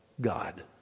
God